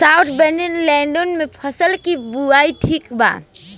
South western lowland में फसलों की बुवाई ठीक बा?